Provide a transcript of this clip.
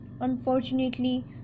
Unfortunately